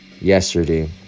yesterday